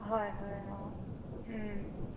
হয় হয় অঁ